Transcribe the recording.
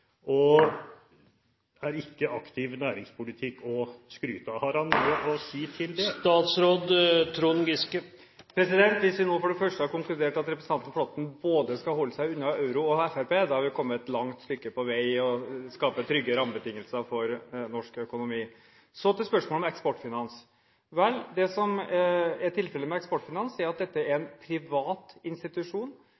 og er ikke aktiv næringspolitikk å skryte av. Har statsråden noe å si til det? Hvis vi nå for det første har konkludert med at representanten Flåtten skal holde seg unna både euro og Fremskrittspartiet, er vi kommet et langt stykke på vei for å skape trygge rammebetingelser for norsk økonomi. Så til spørsmålet om Eksportfinans. Det som er tilfellet med Eksportfinans, er at det er en